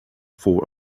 for